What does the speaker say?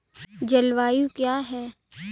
जलवायु क्या है?